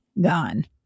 gone